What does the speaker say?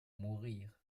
mourir